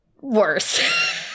worse